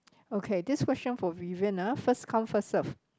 okay this question for Vivian ah first come first serve